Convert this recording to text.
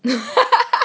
mm